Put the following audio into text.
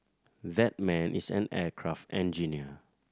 that man is an aircraft engineer